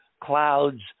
clouds